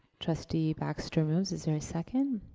trustee baxter moves, is there a second?